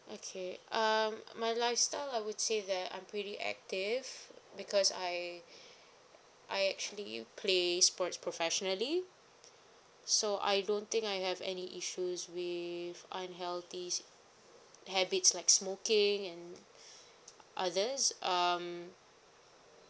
okay um my lifestyle I would say that I'm pretty active because I I actually play sports professionally so I don't think I have any issues with unhealthy habits like smoking and all these um